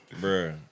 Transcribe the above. bro